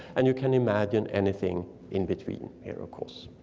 and you can imagine anything in between here of course.